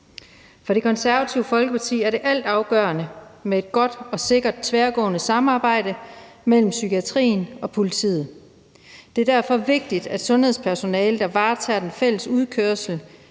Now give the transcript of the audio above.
For Det Konservative Folkeparti er det altafgørende med et godt og sikkert tværgående samarbejde mellem psykiatrien og politiet. Det er derfor vigtigt, at sundhedspersonale, der varetager den fælles udkørsel